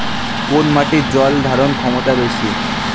কোন মাটির জল ধারণ ক্ষমতা বেশি?